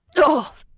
o!